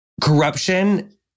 corruption